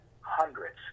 hundreds